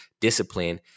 discipline